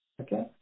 Okay